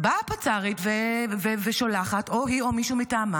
באה הפצ"רית ושולחת, היא או מישהו מטעמה,